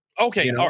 Okay